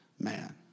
man